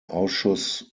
ausschuss